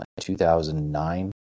2009